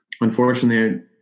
unfortunately